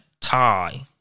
tie